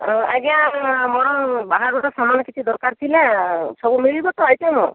ଆଜ୍ଞା ମୋର ବାହାଘର ସାମାନ କିଛି ଦରକାର ଥିଲା ସବୁ ମିଳିବ ତ ଆଇଟମ